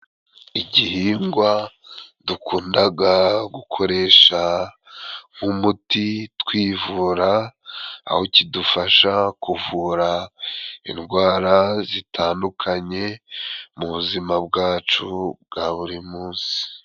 Igihingwa dukundaga gukoresha nk'umuti twivura, aho kidufasha kuvura indwara zitandukanye mu buzima bwacu bwa buri munsi.